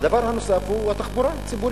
הדבר הנוסף הוא התחבורה הציבורית.